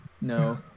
No